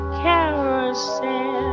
carousel